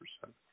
percent